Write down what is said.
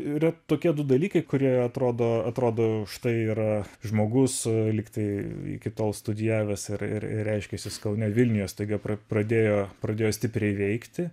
yra tokie dalykai kurie atrodo atrodo štai yra žmogus lyg tai iki tol studijavęs ir ir ir reiškęsis kaune vilniuje staiga pra pradėjo pradėjo stipriai veikti